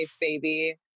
baby